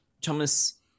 thomas